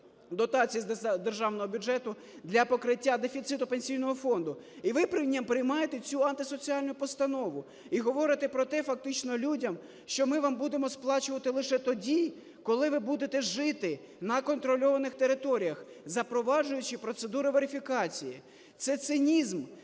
дотацій з державного бюджету для покриття дефіциту Пенсійного фонду. І ви приймаєте цю антисоціальну постанову, і говорите про те фактично людям, що "ми вам будемо сплачувати лише тоді, коли ви будете жити на контрольованих територіях", запроваджуючи процедуру верифікації. Це цинізм,